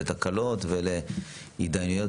לתקלות ולהידיינויות